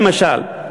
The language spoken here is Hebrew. למשל.